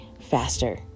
faster